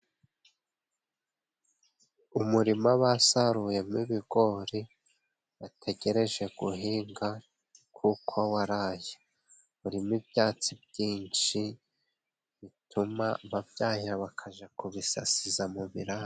Umurima basaruyemo ibigori bategereje guhinga kuko waraye. Urimo ibyatsi byinshi bituma babyahira bakaja kubisasiza mu biraro.